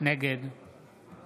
נגד מיכל